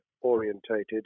orientated